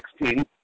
2016